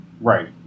right